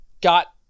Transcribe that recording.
got